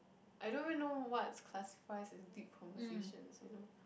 I don't really know what's classifies as deep conversations you know